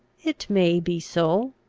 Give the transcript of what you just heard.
it may be so.